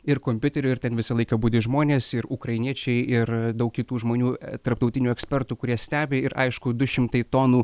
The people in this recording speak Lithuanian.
ir kompiuterių ir ten visą laiką budi žmonės ir ukrainiečiai ir daug kitų žmonių tarptautinių ekspertų kurie stebi ir aišku du šimtai tonų